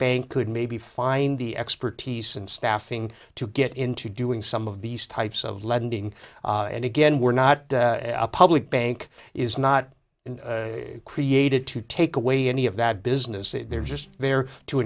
bank could maybe find the expertise and staffing to get into doing some of these types of lending and again we're not a public bank is not created to take away any of that business it they're just there to